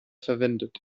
verwendet